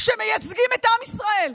שמייצגים את עם ישראל,